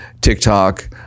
TikTok